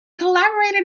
collaborated